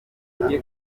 rubanda